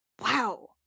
Wow